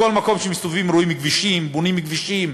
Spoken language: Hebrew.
בכל מקום שמסתובבים רואים כבישים, בונים כבישים,